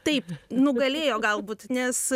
taip nugalėjo galbūt nes